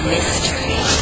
Mystery